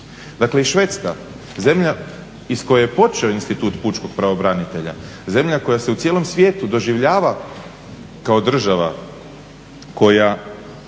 Dakle, Švedska zemlja iz koje je počeo institut pučkog pravobranitelja, zemlja koja se u cijelom svijetu doživljava kao država koja